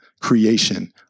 creation